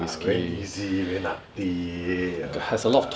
ah very easy very nutty ah